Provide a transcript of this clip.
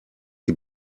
die